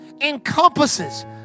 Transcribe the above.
encompasses